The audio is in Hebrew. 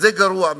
זה גרוע מאוד,